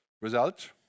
Result